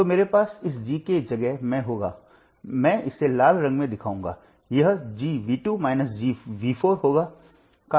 तो मेरे पास इस G के जगह में होगा मैं इसे लाल रंग में दिखाऊंगा यह G G होगा